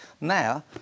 Now